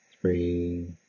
three